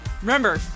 Remember